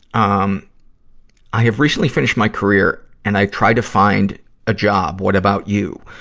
um i have recently finished my career, and i tried to find a job. what about you?